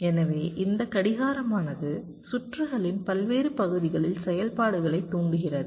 எனவே இந்த கடிகாரமானது சுற்றுகளின் பல்வேறு பகுதிகளில் செயல்பாடுகளைத் தூண்டுகிறது